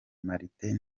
martin